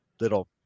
little